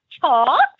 talk